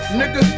nigga